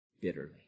bitterly